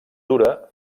dura